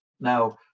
now